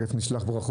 תכף נשלח ברכות.